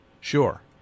Sure